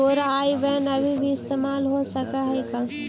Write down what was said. तोरा आई बैन अभी भी इस्तेमाल हो सकऽ हई का?